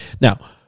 Now